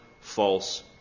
false